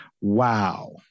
Wow